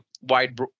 wide